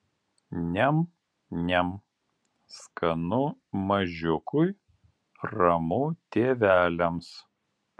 niam niam skanu mažiukui ramu tėveliams